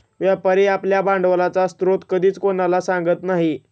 व्यापारी आपल्या भांडवलाचा स्रोत कधीच कोणालाही सांगत नाही